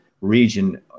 region